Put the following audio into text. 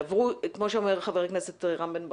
כמו שאומר חבר הכנסת רם בן ברק,